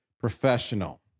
professional